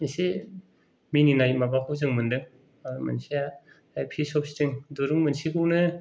एसे मिनिनाय माबाखौ जों मोनदों आरो मोनसेया पेसप स्त्रिम दिरुं मोनसेखौनो